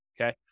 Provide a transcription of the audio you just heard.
okay